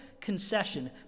concession